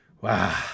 Wow